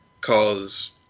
cause